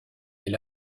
est